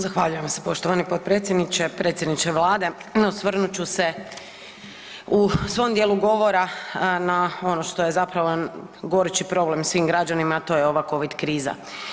Zahvaljujem se poštovani potpredsjedniče, predsjedniče Vlade, osvrnut ću se u svom dijelu govora na ono što je zapravo gorući problem svim građanima, a to je ova Covid kriza.